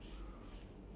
seven left